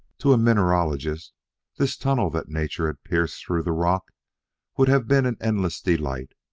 to a mineralogist this tunnel that nature had pierced through the rock would have been an endless delight,